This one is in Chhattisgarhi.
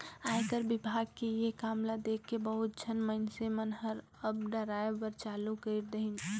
आयकर विभाग के ये काम ल देखके बहुत झन मइनसे मन हर अब डराय बर चालू कइर देहिन हे